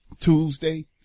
Tuesday